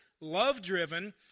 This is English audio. love-driven